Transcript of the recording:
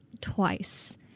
Twice